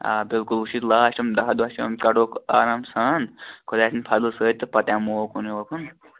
آ بِلکُل وۅنۍ چھِ یِم لاسٹِم دَہ دۄہ چھِ یِم کَڈہوکھ آرام سان خُداے سٕنٛدِ فضلہٕ سۭتۍ تہٕ پتہٕ یِمَو اوٚرکُن یوٚرکُن